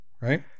right